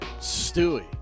Stewie